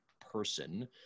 person